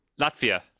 Latvia